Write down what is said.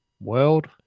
World